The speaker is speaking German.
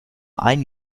ein